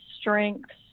strengths